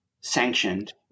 sanctioned